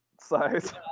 size